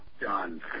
done